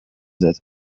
that